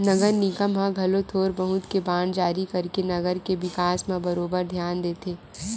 नगर निगम ह घलो थोर बहुत के बांड जारी करके नगर के बिकास म बरोबर धियान देथे